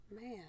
man